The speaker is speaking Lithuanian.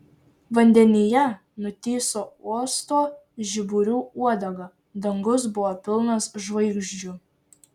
vandenyje nutįso uosto žiburių uodega dangus buvo pilnas žvaigždžių